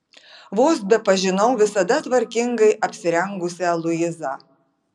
vos bepažinau visada tvarkingai apsirengusią luizą